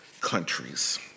countries